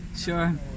Sure